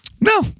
no